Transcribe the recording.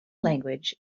language